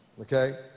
okay